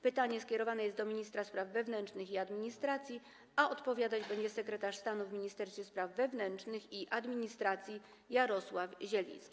Pytanie skierowane jest do ministra spraw wewnętrznych i administracji, a odpowiadać będzie sekretarz stanu w Ministerstwie Spraw Wewnętrznych i Administracji Jarosław Zieliński.